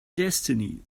destiny